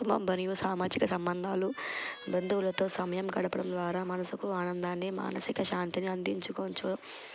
కుటుంబం మరియు సామాజిక సంబంధాలు బంధువులతో సమయం గడపడం ద్వారా మనసుకు ఆనందాన్ని మానసిక శాంతిని అందించుకొనుచూ